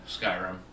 Skyrim